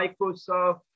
Microsoft